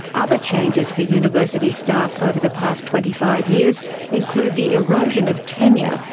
other changes for university staff over the past twenty five years include the erosion of tenure,